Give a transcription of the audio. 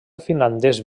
finlandès